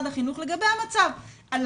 לגבי המצב?